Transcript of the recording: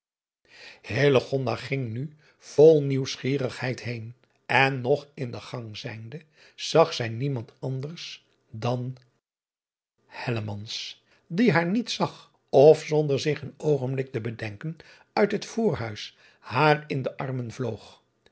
ging nu vol nieuwsgierigheid heen en nog in den gang zijnde zag zij niemand anders dan die haar niet zag of zonder zich een oogenblik te bedenken uit het voorhuis haar in de armen vloog